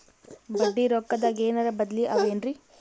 ಬಡ್ಡಿ ರೊಕ್ಕದಾಗೇನರ ಬದ್ಲೀ ಅವೇನ್ರಿ?